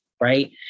right